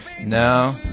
No